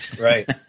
Right